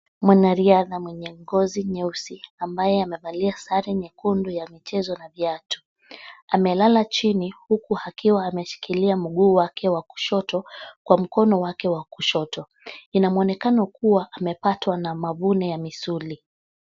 Mwanariadha mwenye ngozi nyeusi ambaye amevalia sare nyekundu ya michezo na viatu. Amelala chini huku akiwa ameshikilia mguu wake wa kushoto kwa mkono wake wa kushoto. Ina mwonekano kuwa amepatwa na mavune ya misuli.